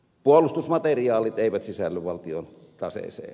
puolustusmateriaalit eivät sisälly valtion taseeseen